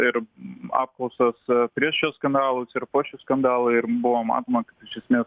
ir apklausos prieš šiuos skandalus ir po šio skandalo ir buvo matoma kad iš esmės